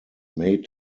may